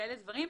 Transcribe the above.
כאלה דברים.